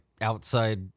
outside